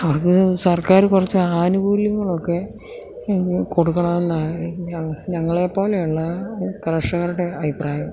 അവർക്ക് സർക്കാര് കുറച്ച് ആനുകൂല്യങ്ങളൊക്കെ കൊടുക്കണമെന്നാണ് ഞങ്ങളെ പോലെയുള്ള കർഷകരുടെ അഭിപ്രായം